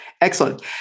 Excellent